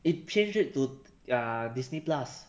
it change it to ah disney plus